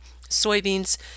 Soybeans